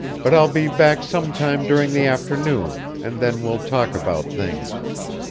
but i'll be back some time during the afternoon, and then we'll talk about things.